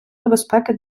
небезпеки